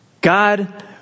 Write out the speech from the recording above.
God